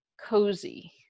Cozy